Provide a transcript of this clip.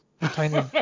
tiny